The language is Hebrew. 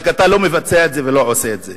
רק אתה לא מבצע את זה ולא עושה את זה.